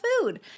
food